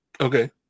Okay